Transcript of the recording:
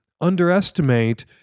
underestimate